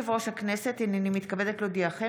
בקריאה הראשונה ותעבור להמשך דיון בוועדת העבודה והרווחה.